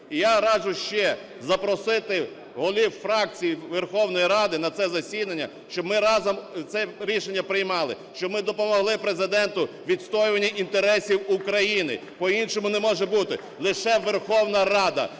І я раджу ще запросити голів фракцій Верховної Ради на це засідання, щоб ми разом це рішення приймали, щоб ми допомогли Президенту у відстоюванні інтересів України. По-іншому не може бути. Лише Верховна Рада